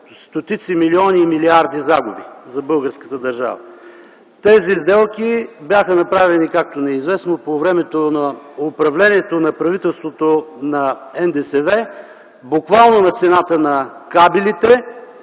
стотици милиони и милиарди загуби за българската държава! Тези сделки бяха направени, както ни е известно, по времето на управлението на правителството на НДСВ буквално на цената на кабелите,